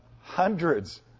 hundreds